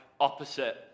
opposite